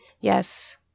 Yes